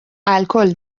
الکل